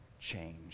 change